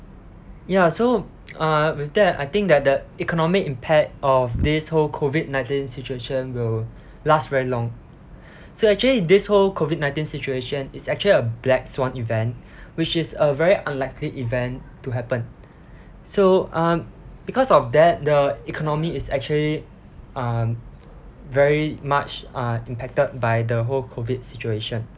ya so uh with that I think that the economic impact of this whole COVID nineteen situation will last very long so actually this whole COVID nineteen situation is actually a black swan event which is a very unlikely event to happen so um because of that the economy is actually um very much uh impacted by the whole COVID situation